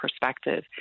perspective